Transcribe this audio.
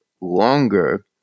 longer